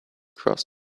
cross